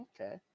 Okay